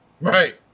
Right